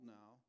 now